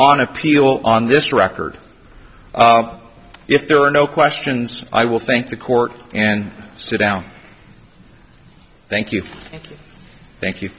on appeal on this record if there are no questions i will think the court and sit down thank you thank you